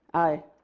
aye.